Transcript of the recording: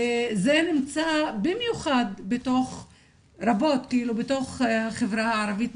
זה נמצא במיוחד בחברה הערבית,